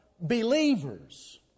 believers